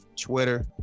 Twitter